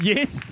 Yes